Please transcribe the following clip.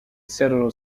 cerro